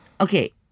okay